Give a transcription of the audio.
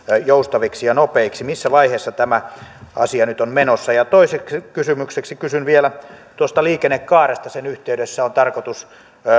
joustaviksi ja nopeiksi missä vaiheessa tämä asia nyt on menossa toiseksi kysymykseksi kysyn vielä tuosta liikennekaaresta sen yhteydessä on tarkoitus